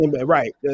right